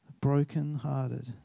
brokenhearted